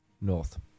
North